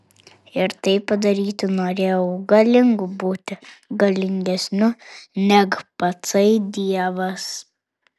ir tai padaryti norėjau galingu būti galingesniu neg patsai dievas